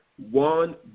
one